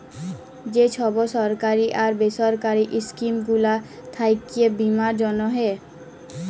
যে ছব সরকারি আর বেসরকারি ইস্কিম গুলা থ্যাকে বীমার জ্যনহে